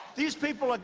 these people,